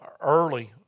early